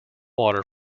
water